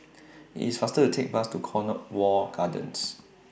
IT IS faster to Take Bus to Cornwall Gardens